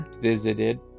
Visited